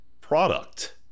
product